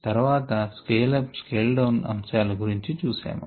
తర్వాత scale up scale down అంశాల గురించి చూశాము